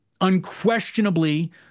unquestionably